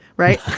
right?